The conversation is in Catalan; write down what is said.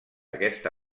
aquesta